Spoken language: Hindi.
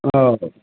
ओकरा आबऽ दियौ